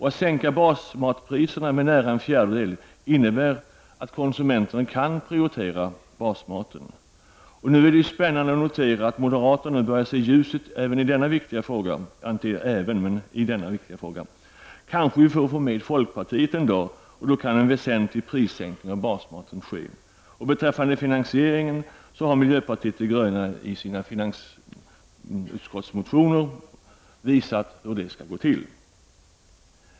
Att sänka basmatpriserna med nära en fjärdedel innebär att konsumenterna kan prioritera basmaten. Det är spännande att notera att moderaterna nu börjar se ljust i denna viktiga fråga. Kanske vi får med folkpartiet en dag och då kan vi göra en väsentlig prissänkning på basmaten. Miljöpartiet de gröna har i sina motioner visat hur finansieringen skall gå till.